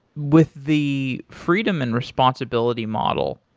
with the freedom and responsibility model,